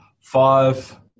five